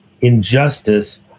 Injustice